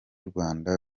rwanda